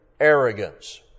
arrogance